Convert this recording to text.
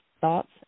thoughts